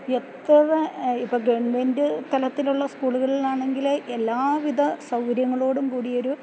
എത്ര ഇപ്പം ഗവൺമെൻറ്റ് തലത്തിലുള്ള സ്കൂളുകളിലാണെങ്കിൽ എല്ലാവിധ സൗകര്യങ്ങളോടും കൂടിയൊരു